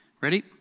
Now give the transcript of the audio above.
Ready